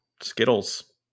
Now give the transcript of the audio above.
Skittles